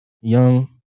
young